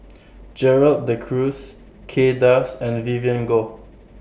Gerald De Cruz Kay Das and Vivien Goh